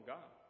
God